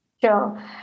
Sure